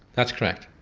that's correct,